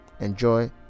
Enjoy